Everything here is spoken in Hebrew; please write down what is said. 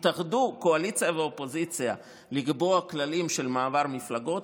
התאחדו קואליציה ואופוזיציה לקבוע כללים של מעבר מפלגות,